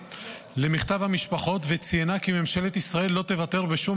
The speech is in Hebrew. למכתב המשפחות וציינה כי ממשלת ישראל לא תוותר בשום